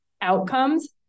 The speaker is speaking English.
outcomes